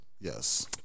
yes